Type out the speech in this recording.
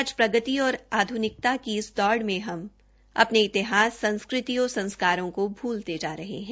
आज प्रगति और आध्निकता की इस दौड़ में हम अपने इतिहास संस्कृति और संस्कारों को भूलते जा रहे है